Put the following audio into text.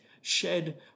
shed